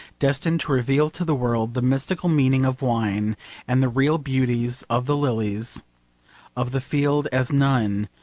destined to reveal to the world the mystical meaning of wine and the real beauties of the lilies of the field as none,